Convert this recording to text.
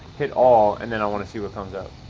hit all, and then i wanna see what comes up.